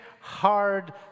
hard